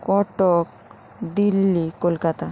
Cuttack Delhi Kolkata